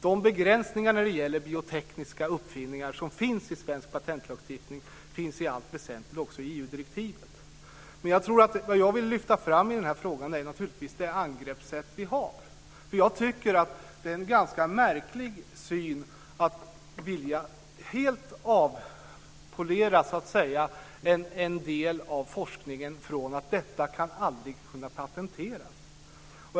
De begränsningar när det gäller biotekniska uppfinningar som finns i svensk patentlagstiftning finns i allt väsentligt också i EG-direktivet. Det jag vill lyfta fram i den här frågan är naturligtvis det angreppssätt vi har. Jag tycker att det är en ganska märklig syn att helt vilja så att säga avpollettera en del av forskningen med att detta aldrig ska kunna patenteras.